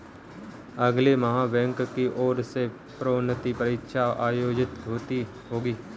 अगले माह बैंक की ओर से प्रोन्नति परीक्षा आयोजित होगी